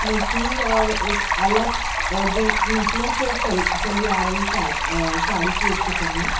مشہور اور ایک الگ جو نسلوں سے چل چلی آ رہی ساڑ ساڑی کی ایک قسم ہے